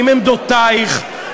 עם עמדותייך.